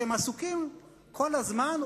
שעסוקים כל הזמן,